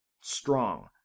Strong